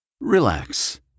Relax